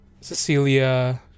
Cecilia